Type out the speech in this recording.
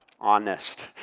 honest